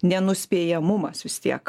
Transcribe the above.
nenuspėjamumas vis tiek